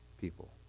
people